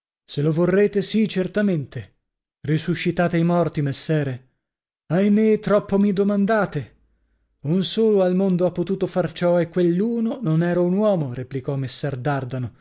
se lo vorrete sì certamente risuscitate i morti messere ahimè troppo mi domandate un solo al mondo ha potuto far ciò e quell'uno non era un uomo replicò messer dardano